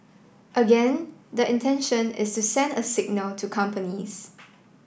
again the intention is to send a signal to companies